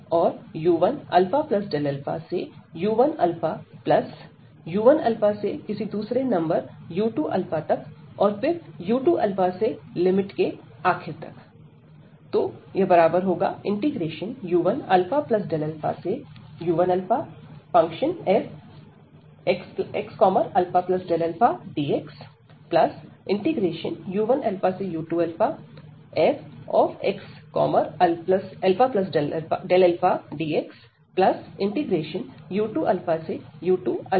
और u1α से u1 plus u1 से किसी दूसरे नंबर u2 तक और फिर u2 से लिमिट के आखिर तक